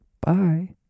Bye